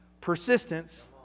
persistence